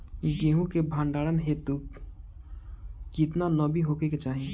गेहूं के भंडारन हेतू कितना नमी होखे के चाहि?